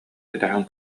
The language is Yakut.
кэтэһэн